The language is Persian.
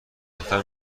دختر